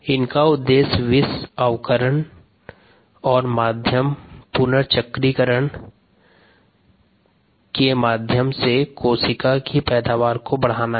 इनका उद्देश्य विष अवकरण और माध्यम पुनर्चक्रीकरण के के मध्यम से कोशिका की पैदावार को बढ़ाना है